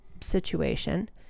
situation